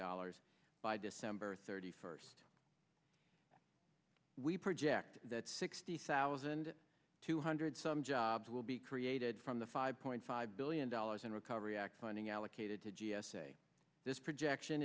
dollars by december thirty first we project that sixty thousand two hundred some jobs will be created from the five point five billion dollars in recovery act funding allocated to g s a this projection